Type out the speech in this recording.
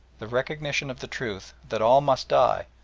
the recognition of the truth that all must die,